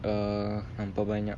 err nampak banyak